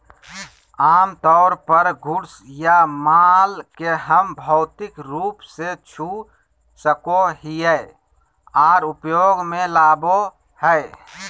आमतौर पर गुड्स या माल के हम भौतिक रूप से छू सको हियै आर उपयोग मे लाबो हय